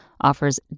offers